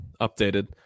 updated